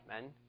men